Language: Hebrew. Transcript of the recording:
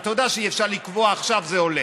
אתה יודע שאי-אפשר לקבוע שעכשיו זה עולה,